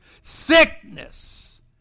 Sickness